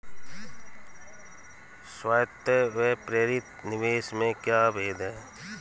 स्वायत्त व प्रेरित निवेश में क्या भेद है?